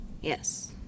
Yes